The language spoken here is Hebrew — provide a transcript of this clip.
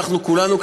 כולנו,